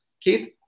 keith